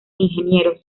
ingenieros